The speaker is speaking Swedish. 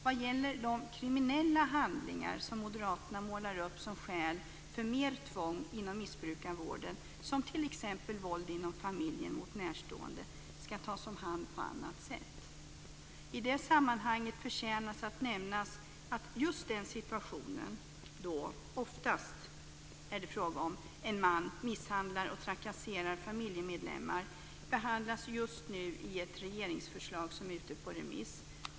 Vad gäller de kriminella handlingar som Moderaterna målar upp som skäl för mer tvång inom missbrukarvården, t.ex. våld inom familjen mot närstående, ska de tas om hand på annat sätt. I det sammanhanget förtjänas att nämnas att just den situationen då en man - vilket det oftast är fråga om - misshandlar och trakasserar familjemedlemmar just nu behandlas i ett regeringsförslag som är ute på remiss.